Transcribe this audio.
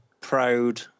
proud